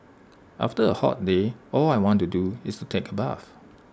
after A hot day all I want to do is to take A bath